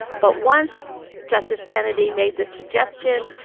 but once justice kennedy made the suggestion,